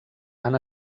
han